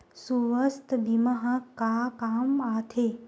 सुवास्थ बीमा का काम आ थे?